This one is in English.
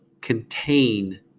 contain